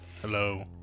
Hello